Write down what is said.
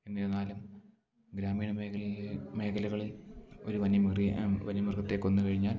എന്നിരുന്നാലും ഗ്രാമീണ മേഘലയിലെ മേഖലകളിൽ ഒരു വന്യ വന്യമൃഗത്തെ കൊന്ന് കഴിഞ്ഞാൽ